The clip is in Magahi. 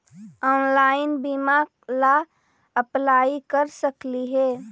ऑनलाइन बीमा ला अप्लाई कर सकली हे?